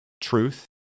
truth